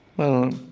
well,